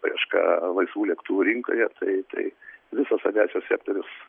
paieška laisvų lėktuvų rinkoje tai tai visas aviacijos sektorius